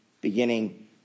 beginning